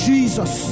Jesus